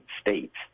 states